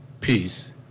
peace